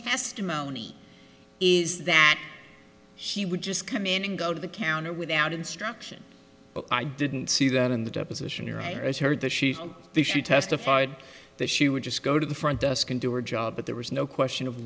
testimony is that she would just come in and go to the counter without instruction but i didn't see that in the deposition or i heard that the she testified that she would just go to the front desk and do our job but there was no question of